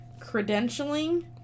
credentialing